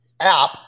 app